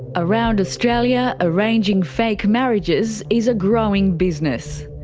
around australia, arranging fake marriages is a growing business.